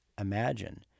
Imagine